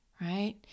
Right